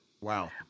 Wow